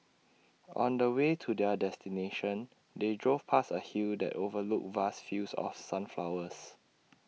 on the way to their destination they drove past A hill that overlooked vast fields of sunflowers